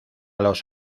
los